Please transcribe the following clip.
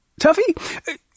Tuffy